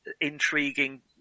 intriguing